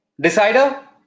decider